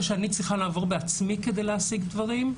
שאני צריכה לעבור בעצמי כדי להשיג דברים.